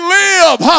live